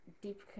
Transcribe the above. deep